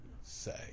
say